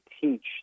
teach